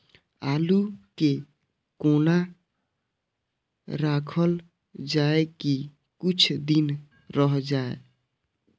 आलू के कोना राखल जाय की कुछ दिन रह जाय?